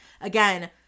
Again